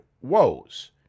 woes